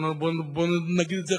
בואו נגיד את זה,